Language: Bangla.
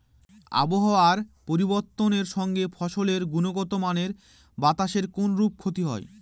আবহাওয়ার পরিবর্তনের সঙ্গে ফসলের গুণগতমানের বাতাসের কোনরূপ ক্ষতি হয়?